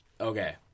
Okay